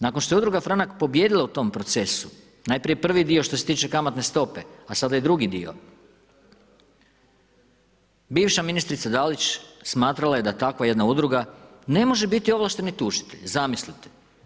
Nakon što je udruga Franak pobijedila u tom procesu, najprije prvi dio što se tiče kamatne stope, a sada i drugi dio, bivša ministrica Dalić, smatrala je da takva jedna udruga ne može biti ovlašteni tužitelj, zamislite.